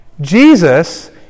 Jesus